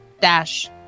dash